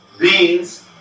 beans